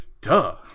duh